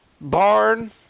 barn